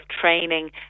training